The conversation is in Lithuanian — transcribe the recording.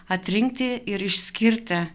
atrinkti ir išskirti